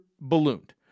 ballooned